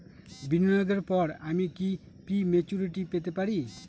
বিনিয়োগের পর আমি কি প্রিম্যচুরিটি পেতে পারি?